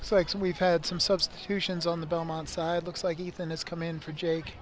stakes and we've had some substitutions on the belmont side looks like ethan has come in for jake